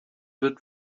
wird